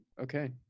Okay